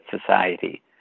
society